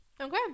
Okay